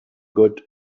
good